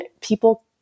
people